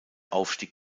aufstieg